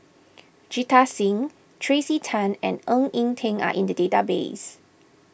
Jita Singh Tracey Tan and Ng Eng Teng are in the database